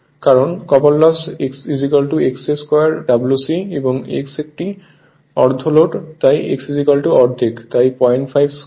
কারণ copper loss x2 W c এবং x একটি অর্ধ লোড তাই x অর্ধেক তাই 052 Wc